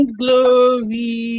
glory